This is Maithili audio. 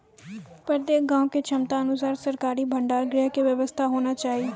प्रत्येक गाँव के क्षमता अनुसार सरकारी भंडार गृह के व्यवस्था होना चाहिए?